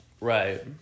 Right